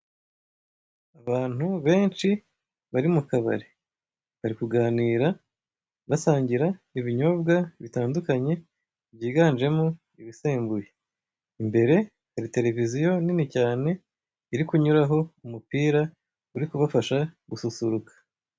Abantu benshi bari mukabari bari kuganira basangira ibinyobwa bitandukanye byiganjemo ibisembuye, imbere hari tereviziyo nini cyane iri kunyuraho umupira uri kubafasha gususuruka.